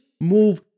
move